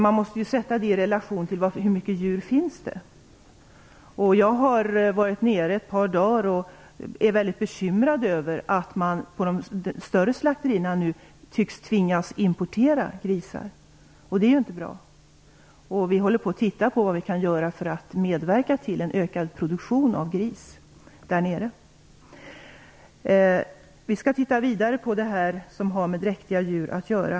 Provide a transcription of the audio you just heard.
Man måste sätta detta i relation till hur mycket djur som finns. Jag har varit där nere i ett par dagar och är väldigt bekymrad över att man på de större slakterierna tycks tvingas importera grisar, och det är ju inte bra. Vi håller på och tittar på vad vi kan göra för att medverka till en ökad produktion av gris i Vi skall titta vidare på det som har med dräktiga djur att göra.